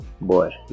boy